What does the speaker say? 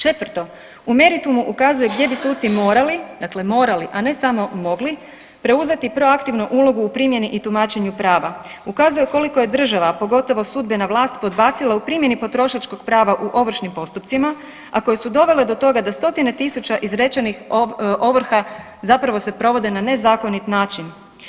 Četvrto, u meritumu ukazuje gdje bi suci morali, dakle morali a ne samo mogli, preuzeti proaktivnu ulogu u primjeni i tumačenju prava, ukazuje u koliko je država a pogotovo sudbena vlast podbacila u primjeni potrošačkog prava u ovršnim postupcima, a koje su dovele do toga da stotine tisuća izrečenih ovrha zapravo se provode na nezakonit način.